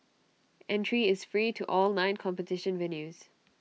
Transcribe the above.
entry is free to all nine competition venues